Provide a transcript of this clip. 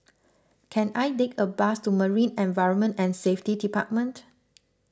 can I take a bus to Marine Environment and Safety Department